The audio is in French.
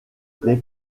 les